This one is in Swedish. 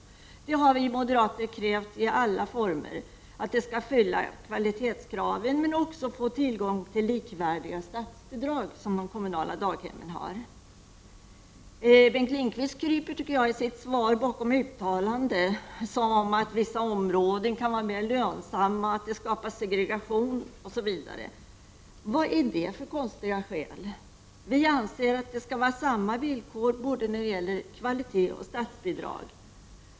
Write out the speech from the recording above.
Vi moderater har beträffande alla former krävt att kvalitetskraven skall uppfyllas, men då skall det också lämnas statsbidrag som är likvärdiga med dem som de kommunala daghemmen får. Bengt Lindqvist kryper i sitt svar bakom uttalanden som att vissa områden kan vara mer lönsamma och att det skapas segregation. Vad är det för konstiga skäl? Vi anser att det skall vara samma villkor när det gäller både kvalitet och statsbidrag.